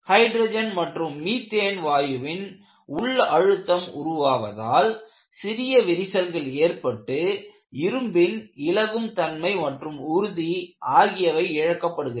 hydrogen மற்றும் methane வாயுவின் உள் அழுத்தம் உருவாவதால் சிறிய விரிசல்கள் ஏற்பட்டு இரும்பின் இளகும் தன்மை மற்றும் உறுதி ஆகியவை இழக்கப்படுகிறது